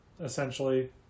essentially